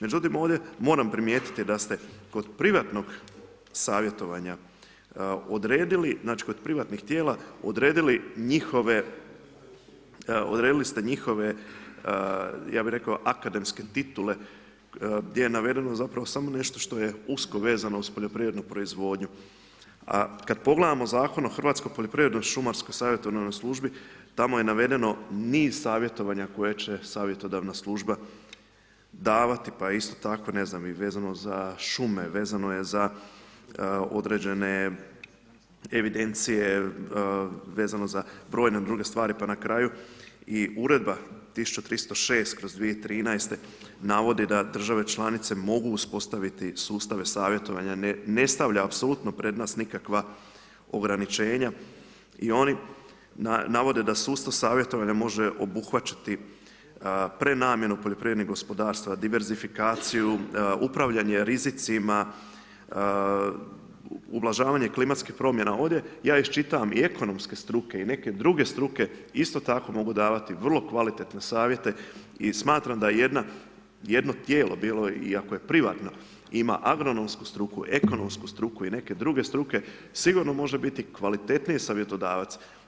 Međutim ovdje moram primijetiti da ste kod privatnog savjetovanja odredili, znači kod privatnih tijela, odredili njihove, odredili ste njihove, ja bi rekao akademske titule gdje je navedeno zapravo samo nešto što je usko vezano uz poljoprivrednu proizvodnju a kad pogledamo zakon o Hrvatskoj poljoprivrednoj-šumarskoj savjetodavnoj službi, tamo je navedeno niz savjetovanja koje će savjetodavna služba davati pa isto tako ne znam i vezano za šume, vezano je i za određene evidencije, vezano za brojne druge stvari, pa na kraju i Uredba 1306/2013, navodi da države članice mogu uspostaviti sustave savjetovanja, ne stavlja apsolutno prednost nikakva ograničenja i oni navode da ... savjetovanje može obuhvaćati prenamjenu poljoprivrednih gospodarstava, diversifikaciju, upravljanje rizicima, ublažavanje klimatskih promjena ovdje, ja iščitavam i ekonomske struke i neke druge struke, isto tako mogu davati vrlo kvalitetne savjete i smatram da je jedno tijelo bilo i ako je privatno, ima agronomsku struku, ekonomsku struku i neke druge struke, sigurno može biti kvalitetniji savjetodavac.